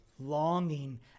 longing